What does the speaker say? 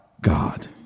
God